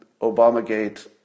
Obamagate